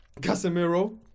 Casemiro